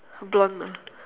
blonde ah